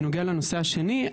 בנוגע לנושא השני,